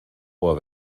ohr